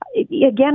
Again